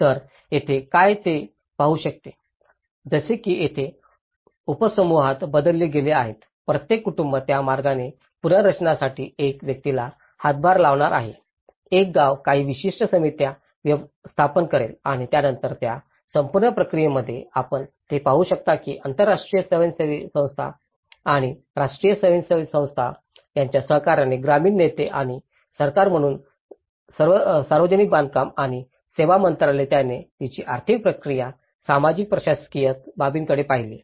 तर येथे काय ते पाहू शकते जसे की ते येथे उपसमूहात बदलले गेले आहेत प्रत्येक कुटुंब त्या मार्गाने पुनर्रचनासाठी एका व्यक्तीला हातभार लावणार आहे एक गाव काही विशिष्ट समित्या स्थापन करेल आणि त्यानंतर त्या संपूर्ण प्रक्रियेमध्ये आपण हे पाहू शकता की आंतरराष्ट्रीय स्वयंसेवी संस्था आणि राष्ट्रीय स्वयंसेवी संस्था यांच्या सहकार्याने ग्रामीण नेते आणि सरकार म्हणून सार्वजनिक बांधकाम आणि सेवा मंत्रालय ज्याने तिची आर्थिक प्रक्रिया सामायिक प्रशासकीय बाबीकडे पाहिले